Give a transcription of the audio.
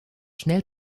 schnell